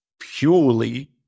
purely